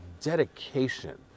dedication